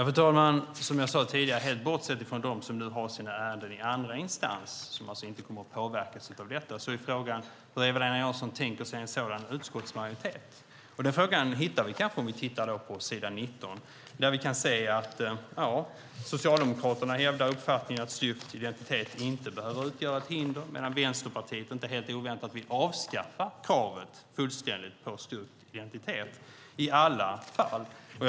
Fru talman! Som jag sade tidigare, helt bortsett från dem som nu har sina ärenden i andra instans, som alltså inte kommer att påverkas av detta, är frågan hur Eva-Lena Jansson tänker sig en sådan utskottsmajoritet. Den frågan hittar vi kanske svar på om vi tittar på s. 19, där vi kan se att Socialdemokraterna hävdar uppfattningen att krav på styrkt identitet inte behöver utgöra ett hinder, medan Vänsterpartiet inte helt oväntat vill avskaffa kravet på styrkt identitet fullständigt.